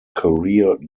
career